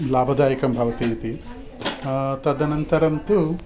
लाभदायकं भवतीति तदनन्तरं तु